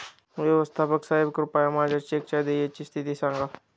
व्यवस्थापक साहेब कृपया माझ्या चेकच्या देयची स्थिती सांगा